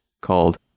called